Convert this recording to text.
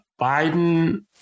Biden